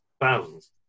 thousands